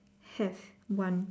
have one